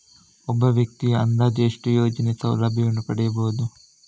ಒಬ್ಬ ವ್ಯಕ್ತಿಯು ಅಂದಾಜು ಎಷ್ಟು ಯೋಜನೆಯ ಸೌಲಭ್ಯವನ್ನು ಪಡೆಯಬಹುದು?